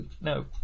no